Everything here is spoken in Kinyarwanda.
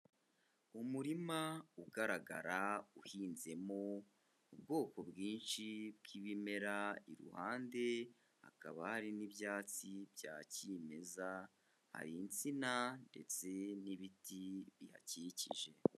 Umurima ugaragara uhinzemo ubwoko bwinshi bw'ibimera, iruhande hakaba hari n'ibyatsi bya kimeza hari insina ndetse n'ibiti bihakikije.